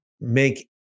make